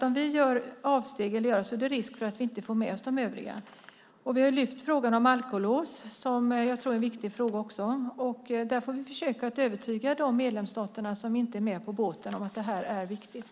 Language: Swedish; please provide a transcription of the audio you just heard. Om vi gör avsteg är det risk att vi inte får med oss de övriga. Vi har lyft upp frågan om alkolås som jag tror är en viktig fråga också. Vi får försöka att övertyga de medlemsstater som inte är med på båten om att det är viktigt.